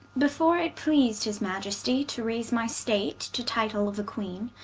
before it pleas'd his maiestie to rayse my state to title of a queene,